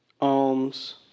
alms